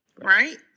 Right